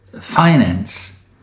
finance